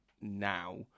now